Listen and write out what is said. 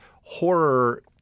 horror